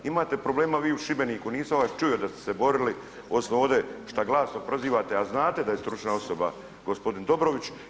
Imate problema vi u Šibeniku nisam vas čuo da ste se borili osim ovdje šta glasom prozivate, a znate da je stručna osoba gospodin Dobrović.